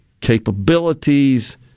capabilities